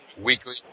weekly